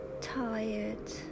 Tired